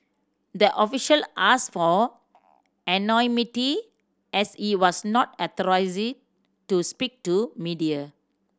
the official ask for anonymity as he was not authorized to speak to media